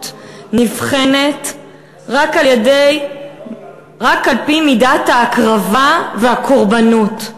נבחנת רק על-פי מידת ההקרבה והקורבנות.